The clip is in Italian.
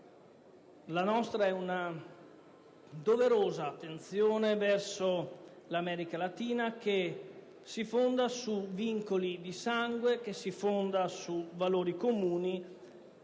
la nostra è una doverosa attenzione verso l'America latina, che si fonda su vincoli di sangue, su valori comuni,